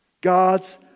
God's